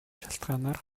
шалтгаанаар